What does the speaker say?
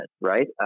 right